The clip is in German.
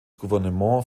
gouvernement